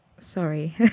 Sorry